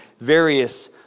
various